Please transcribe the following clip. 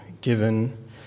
given